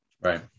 Right